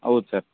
ಹೌದು ಸರ್